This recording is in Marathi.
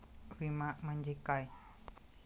विमा म्हणजे काय?